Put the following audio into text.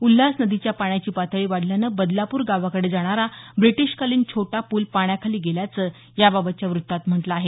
उल्हास नदीच्या पाण्याची पातळी वाढल्यानं बदलापूर गावाकडे जाणारा ब्रिटिशकालीन छोटा पूल पाण्याखाली गेल्याचं याबाबतच्या वृत्तात म्हटलं आहे